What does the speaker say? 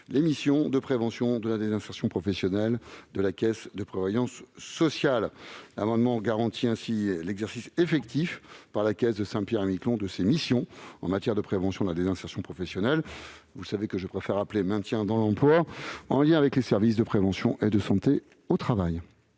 les missions de prévention de la désinsertion professionnelle de la caisse de prévoyance sociale. Ainsi est garanti l'exercice effectif par la Caisse de Saint-Pierre-et-Miquelon de ses missions en matière de prévention de la désinsertion professionnelle- ou du maintien dans l'emploi, une expression que je préfère -, en lien avec les services de prévention et de santé au travail.